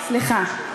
סליחה.